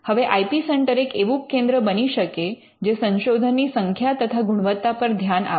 હવે I P centre એક એવું કેન્દ્ર બની શકે જે સંશોધનની સંખ્યા તથા ગુણવત્તા પર ધ્યાન આપે